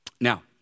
Now